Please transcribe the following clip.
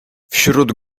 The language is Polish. wśród